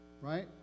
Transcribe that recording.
Right